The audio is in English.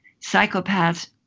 Psychopaths